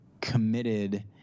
committed